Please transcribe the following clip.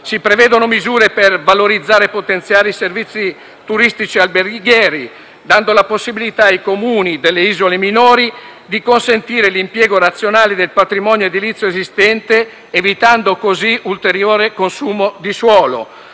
Si prevedono misure per valorizzare e potenziare i servizi turistici alberghieri, dando la possibilità ai Comuni delle isole minori di consentire l'impiego razionale del patrimonio edilizio esistente, evitando così ulteriore consumo di suolo.